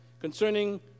concerning